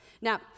Now